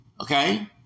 Okay